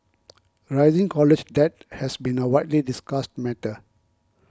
rising college debt has been a widely discussed matter